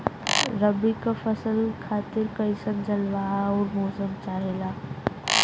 रबी क फसल खातिर कइसन जलवाय अउर मौसम चाहेला?